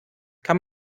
kann